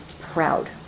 proud